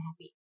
happy